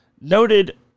noted